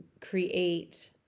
create